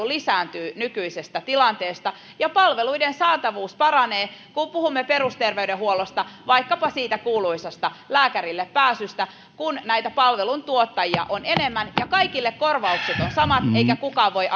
lisääntyy nykyisestä tilanteesta ja palveluiden saatavuus paranee kun puhumme perusterveydenhuollosta vaikkapa siitä kuuluisasta lääkärillepääsystä kun näitä palveluntuottajia on enemmän ja kaikille korvaukset ovat samat eikä kukaan voi